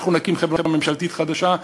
אנחנו נקים חברה ממשלתית חדשה,